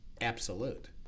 Absolute